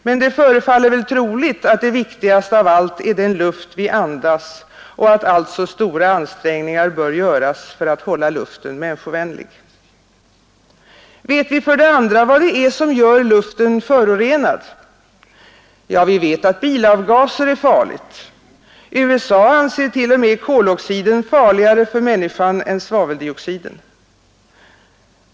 Men det förefaller väl troligt att det viktigaste av allt är den luft vi andas och att alltså stora ansträngningar bör göras för att hålla luften människovänlig. Vet vi för det andra vad det är som gör luften förorenad? Ja, vi vet att bilavgaser är farliga. USA anser t.o.m. koloxiden farligare för människan än svaveldioxiden.